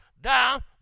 down